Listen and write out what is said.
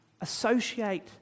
associate